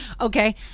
okay